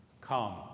Come